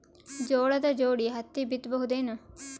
ಜೋಳದ ಜೋಡಿ ಹತ್ತಿ ಬಿತ್ತ ಬಹುದೇನು?